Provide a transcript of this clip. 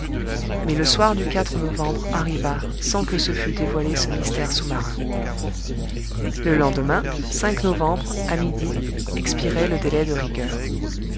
mais le soir du novembre arriva sans que se fût dévoilé ce mystère sous-marin le lendemain novembre à midi expirait le délai de rigueur